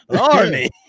Army